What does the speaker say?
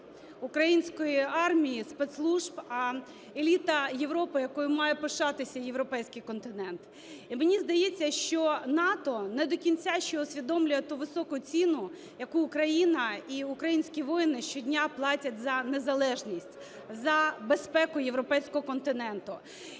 української армії, спецслужб, а еліта Європи, якою має пишатися Європейський континент. І мені здається, що НАТО не до кінця ще усвідомлює ту високу ціну, яку Україна і українські воїни щодня платять за незалежність, за безпеку Європейського континенту.